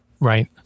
Right